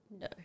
No